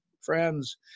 friends